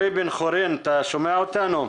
חורין, ממשרד האוצר, רפרנט תקשורת.